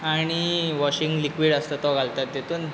आनी washing liquid आसता तो घालतात तेतूंत